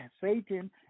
Satan